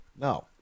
no